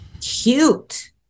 cute